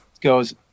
goes